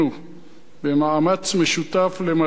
במאמץ משותף למלא משהו